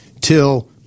till